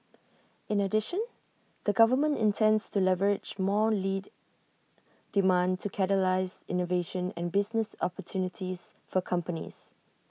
in addition the government intends to leverage more lead demand to catalyse innovation and business opportunities for companies